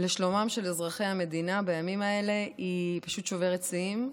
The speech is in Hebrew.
לשלומם של אזרחי המדינה בימים האלה פשוט שוברת שיאים.